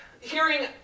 hearing